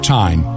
time